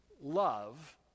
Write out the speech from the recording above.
Love